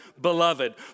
beloved